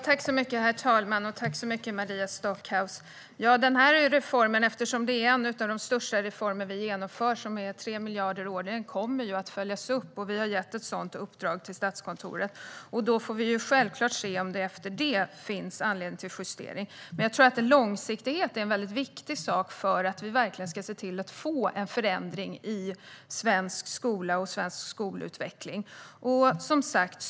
Herr talman! Detta är en av de största reformer vi genomför - den är på 3 miljarder årligen - och den kommer att följas upp. Vi har gett ett sådant uppdrag till Statskontoret. Vi får självklart se om det efter det finns anledning till justering, men jag tror att långsiktighet är en väldigt viktig sak för att vi verkligen ska se till att få en förändring i svensk skola och svensk skolutveckling.